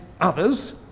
others